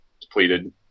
depleted